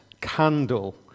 candle